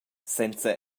senza